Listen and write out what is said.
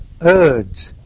urge